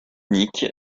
nique